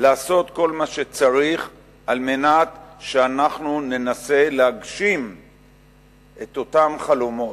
לעשות כל מה שצריך על מנת שאנחנו ננסה להגשים את אותם חלומות.